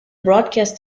broadcast